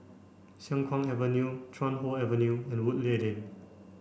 Siang Kuang Avenue Chuan Hoe Avenue and Woodleigh Lane